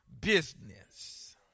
business